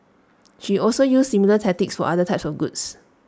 she also used similar tactics for other types of goods